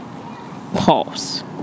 pause